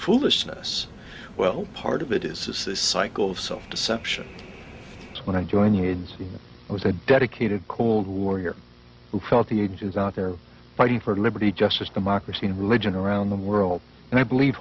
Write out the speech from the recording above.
foolishness well part of it is this this cycle of self deception when i join unions i was a dedicated cold warrior who felt the ages out there fighting for liberty justice democracy and religion around the world and i believe